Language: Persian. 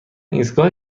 ایستگاه